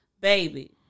baby